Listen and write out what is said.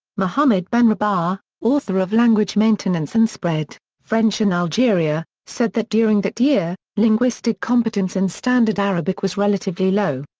mohamed benrabah, author of language maintenance and spread french in algeria, said that during that year, linguistic competence in standard arabic was relatively low.